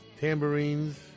tambourines